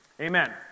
amen